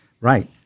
right